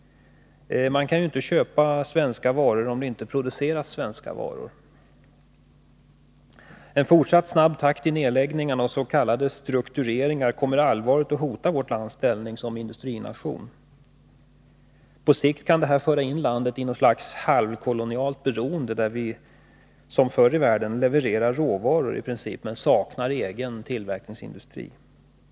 Man kan ju inte köpa svenska varor om det inte produceras svenska varor. En fortsatt snabb takt i nedläggningarna och s.k. struktureringar kommer allvarligt att hota vårt lands ställning som industrination. På sikt kan det föra in landet i något slags halvkolonialt beroende där vi som förr i världen levererar råvaror men i princip saknar egen tillverkningsindustri.